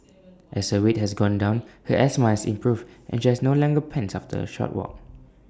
as her weight has gone down her asthma has improved and she no longer pants after A short walk